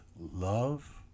Love